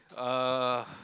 uh